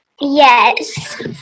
Yes